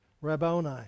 Rabboni